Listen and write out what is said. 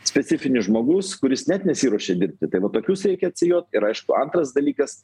specifinis žmogus kuris net nesiruošia dirbti tai va tokius reikia atsijot ir aišku antras dalykas